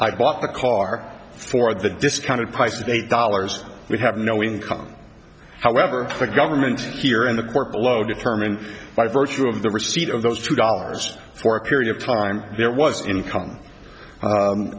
i bought the car for the discounted price of eight dollars we have no income however the government here in the court below determined by virtue of the receipt of those two dollars for a period of time there was